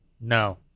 no